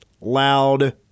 loud